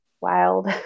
wild